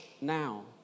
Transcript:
now